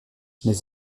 les